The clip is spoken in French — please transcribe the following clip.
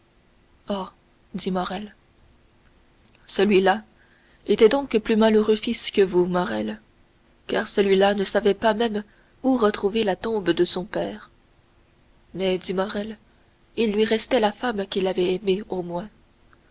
dit morrel celui-là était donc plus malheureux fils que vous morrel car celui-là ne savait pas même où retrouver la tombe de son père mais dit morrel il lui restait la femme qu'il avait aimée au moins